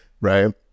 right